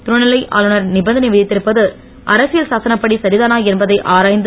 துணைநிலை ஆளுனர் நிபந்தனை வித்திருப்பது அரசியல் சாசனப்படி சரிதானா என்பதை ஆராய்ந்து